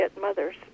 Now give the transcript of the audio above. mothers